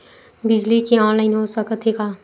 बिजली के ऑनलाइन हो सकथे का?